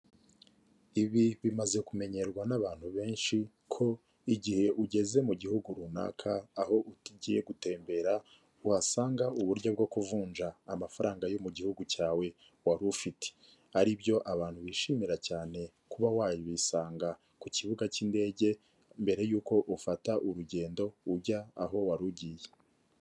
Ibi bimaze kumenyerwa n'abantu benshi ko igihe ugeze mu gihugu runaka aho ugiye gutembera uhasanga uburyo bwo kuvunja amafaranga yo mu gihugu cyawe wari ufite, aribyo abantu bishimira cyane kuba wabisanga ku kibuga cy'indege mbere y'uko ufata urugendo ujya aho wari ugiye.